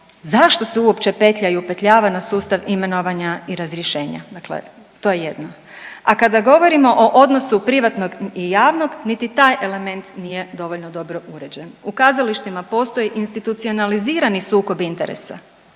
zašto se uopće petlja i upetljava na sustav imenovanja i razrješenja, dakle to je jedno. A kada govorimo o odnosu privatnog i javnog niti taj element nije dovoljno dobro uređen. U kazalištima postoji institucionalizirani sukob interesa.